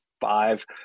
five